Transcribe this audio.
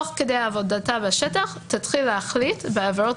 תוך כדי עבודתה בשטח תתחיל להחליט בעבירות